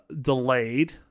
delayed